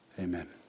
Amen